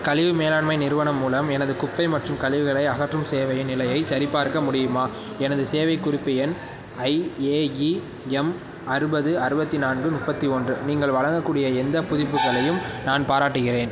கழிவு மேலாண்மை நிறுவனம் மூலம் எனது குப்பை மற்றும் கழிவுகளை அகற்றும் சேவையின் நிலையைச் சரிபார்க்க முடியுமா எனது சேவை குறிப்பு எண் ஐஏஇஎம் அறுபது அறுபத்தி நான்கு முப்பத்தி ஒன்று நீங்கள் வழங்கக்கூடிய எந்த புதுப்புகளையும் நான் பாராட்டுகிறேன்